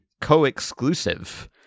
co-exclusive